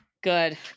Good